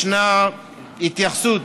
ישנה התייחסות